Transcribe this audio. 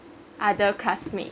other classmate